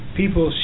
people